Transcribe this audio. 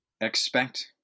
expect